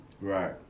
Right